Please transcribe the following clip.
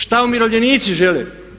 Šta umirovljenici žele?